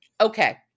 okay